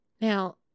Now